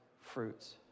fruits